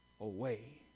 away